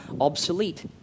obsolete